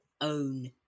own